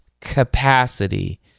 capacity